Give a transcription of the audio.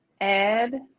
add